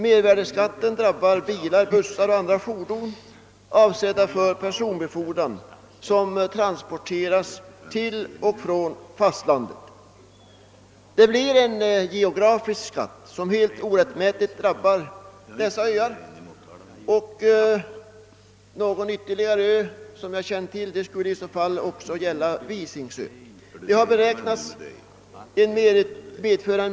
Mervärdeskatten drabbar bilar, bussar och andra fordon, avsedda för personbefordran, som transporteras till och från fastlandet. Det blir en geografisk skatt som helt orättmätigt drabbar dessa öar och någon ytterligare — såvitt jag nu känner till gäller det även Visingsö.